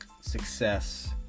success